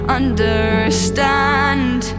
understand